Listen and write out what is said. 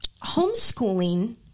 homeschooling